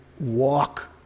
walk